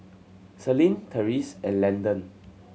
Selene Terese and Landon